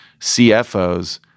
CFOs